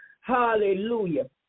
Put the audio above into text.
Hallelujah